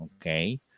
Okay